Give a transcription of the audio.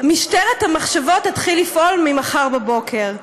משטרת המחשבות תתחיל לפעול ממחר בבוקר,